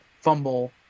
fumble